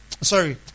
Sorry